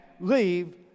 leave